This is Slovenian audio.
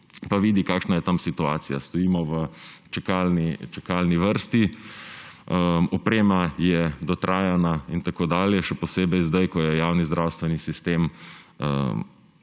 pa vidi, kakšna je tam situacija, stojimo v čakalni vrsti, oprema je dotrajana, še posebej sedaj, ko je javni zdravstveni sistem